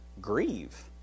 grieve